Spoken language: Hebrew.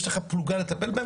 יש לך פלוגה לטפל בהם,